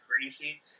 greasy